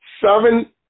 seven